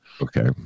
okay